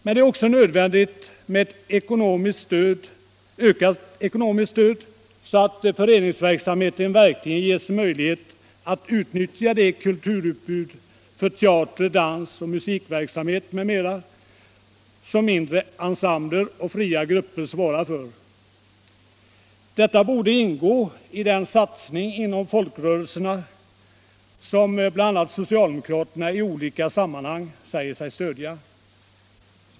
Men då är det också nödvändigt med ett ökat ekonomiskt stöd, så att föreningsverksamheten verkligen ges möjlighet att utnyttja det kulturutbud med teater-, dansoch musikverksamhet m.m. som mindre ensembler och fria grupper svarar för. Detta borde ingå i den satsning inom folkrörelserna som bl.a. socialdemokraterna i olika sammanhang säger sig stödja.